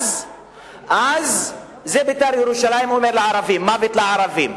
את זה "בית"ר ירושלים" אומרת לערבים: מוות לערבים.